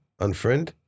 unfriend